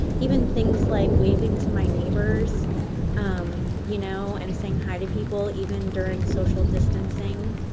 even things like waving to my neighbors um you know and saying, hi, to people even during social distancing